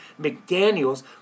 McDaniels